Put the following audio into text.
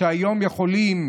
שהיום יכולים